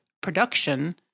production